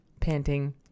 panting